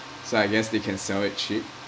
so I guess they can sell it cheap